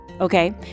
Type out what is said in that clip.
okay